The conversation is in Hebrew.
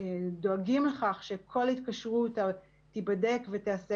שדואגים לכך שכל התקשרות תיבדק ותיעשה